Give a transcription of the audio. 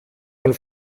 von